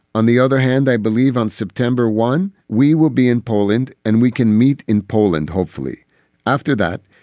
on the other hand, i believe on september one we will be in poland and we can meet in poland. hopefully after that,